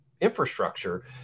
infrastructure